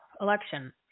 election